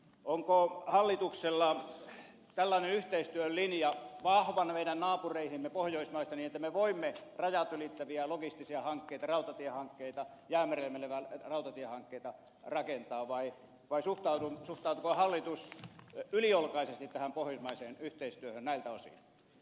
onko hallituksella tällainen yhteistyön linja vahvana meidän naapureihimme pohjoismaissa niin että me voimme rajat ylittäviä logistisia hankkeita jäämerelle meneviä rautatiehankkeita rakentaa vai suhtautuuko hallitus yliolkaisesti tähän pohjoismaiseen yhteistyöhön näiltä osin